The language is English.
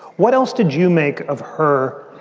what else did you make of her?